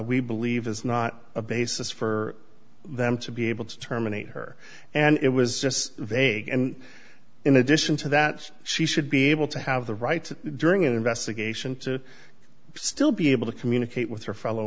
we believe is not a basis for them to be able to terminate her and it was vague and in addition to that she should be able to have the right during an investigation to still be able to communicate with her fellow